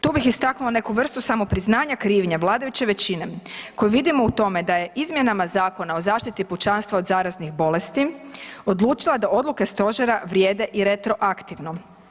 Tu bih istaknula neku vrstu samopriznanja krivnje vladajuće većine koju vidimo u tome da je izmjenama Zakona o zaštiti pučanstva od zaraznih bolesti odlučila da odluke stožera vrijede i retroaktivno.